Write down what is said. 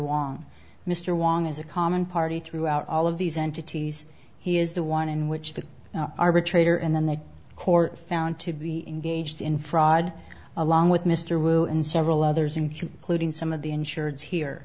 wong mr wong as a common party throughout all of these entities he is the one in which the arbitrator and then the court found to be engaged in fraud along with mr wu and several others including some of the insureds here